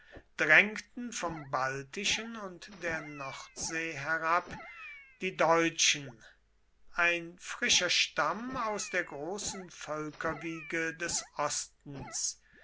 drängten vom baltischen und der nordsee herab die deutschen ein frischer stamm aus der großen völkerwiege des ostens